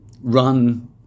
run